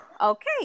Okay